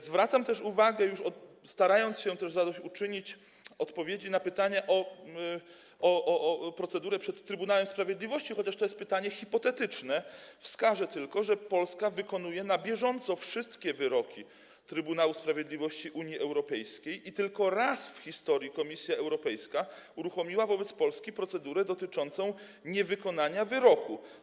Zwracam też uwagę - już starając się zadośćuczynić państwu i odpowiedzieć na pytanie o procedurę przed Trybunałem Sprawiedliwości, chociaż to jest pytanie hipotetyczne - że Polska wykonuje na bieżąco wszystkie wyroki Trybunału Sprawiedliwości Unii Europejskiej i tylko raz w historii Komisja Europejska uruchomiła wobec Polski procedurę dotyczącą niewykonania wyroku.